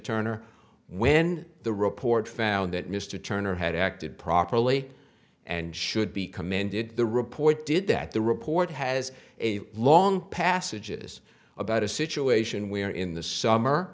turner when the report found that mr turner had acted properly and should be commended the report did that the report has a long passages about a situation where in the summer